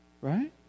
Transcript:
Right